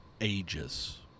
ages